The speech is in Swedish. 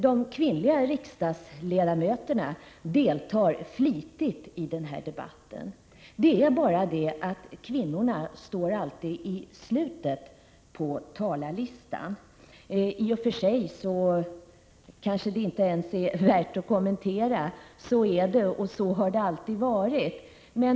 De kvinnliga riksdagsledamöterna deltar flitigt i denna debatt. Det är bara det att kvinnorna alltid står i slutet av talarlistan. Det är i och för sig kanske inte ens värt att kommentera. Så är det och så har det alltid varit.